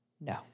No